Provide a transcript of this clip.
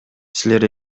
силер